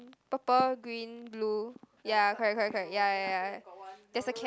purple green blue ya correct correct correct ya ya ya there's a cat